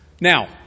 Now